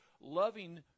loving